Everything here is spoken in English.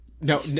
No